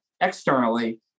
externally